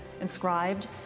inscribed